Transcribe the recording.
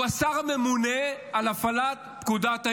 הוא השר הממונה על הפעלת פקודת העיריות.